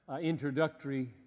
introductory